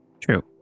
True